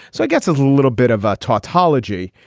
so it gets a little bit of a tautology.